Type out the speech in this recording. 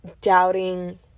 doubting